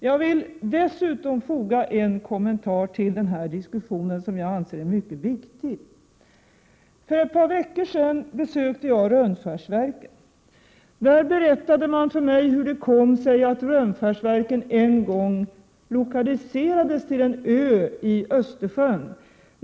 Jag vill dessutom till den här diskussionen foga en kommentar som jag anser är mycket viktig. För ett par veckor sedan besökte jag Rönnskärsverken, där man berättade för mig hur det kom sig att Rönnskärsverken för 60 år sedan lokaliserades till en ö i Östersjön.